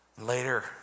Later